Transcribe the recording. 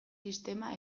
sistema